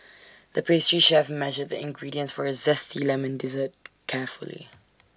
the pastry chef measured the ingredients for A Zesty Lemon Dessert carefully